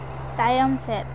ᱛᱟᱭᱚᱢ ᱥᱮᱫ